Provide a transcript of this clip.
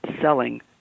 selling